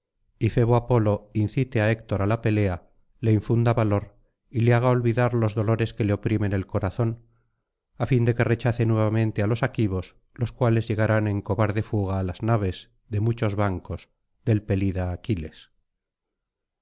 y febo apolo incite á héctor á la pelea le infunda valor y le haga olvidar los dolores que le oprimen el corazón á fin de que rechace nuevamente á los aquivos los cuales llegarán en cobarde fuga á las naves de muchos bancos del pelida aquiles